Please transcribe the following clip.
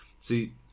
see